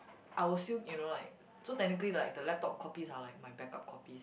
I will still you know like so technically like the laptop copies are like my back up copies